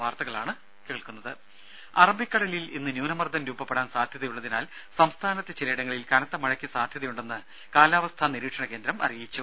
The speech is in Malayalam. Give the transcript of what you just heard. രംഭ അറബിക്കടലിൽ ഇന്ന് ന്യൂനമർദ്ദം രൂപപ്പെടാൻ സാധ്യതയുള്ളതിനാൽ സംസ്ഥാനത്ത് ചിലയിടങ്ങളിൽ കനത്ത മഴയ്ക്ക് സാധ്യതയുണ്ടെന്ന് കാലാവസ്ഥാ നിരീക്ഷണ കേന്ദ്രം അറിയിച്ചു